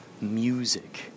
Music